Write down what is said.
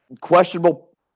questionable